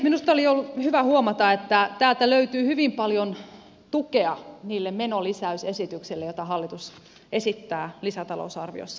minusta oli hyvä huomata että täältä löytyy hyvin paljon tukea niille menolisäysesityksille joita hallitus esittää lisätalousarviossa